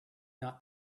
not